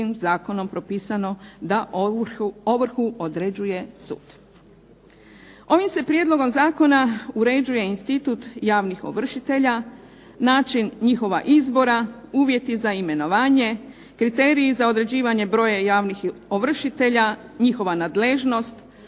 zakonom propisano da ovrhu određuje sud. Ovim se Prijedlogom zakona uređuje institut javnog ovršitelja, način njihova izbora, uvjeti za imenovanje, kriteriji za određivanje broja javnih ovršitelja, njihova nadležnost,